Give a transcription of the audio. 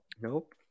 nope